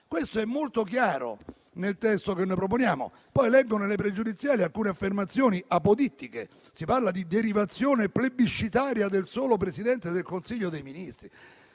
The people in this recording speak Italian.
Questo è molto chiaro nel testo che noi proponiamo. Leggo nelle questioni pregiudiziali alcune affermazioni apodittiche. Si parla di derivazione plebiscitaria del solo Presidente del Consiglio dei ministri.